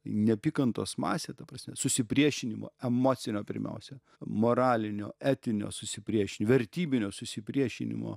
neapykantos masė ta prasme susipriešinimo emocinio pirmiausia moralinio etinio susiprieš vertybinio susipriešinimo